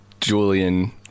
Julian